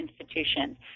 institutions